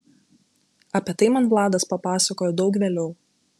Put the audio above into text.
apie tai man vladas papasakojo daug vėliau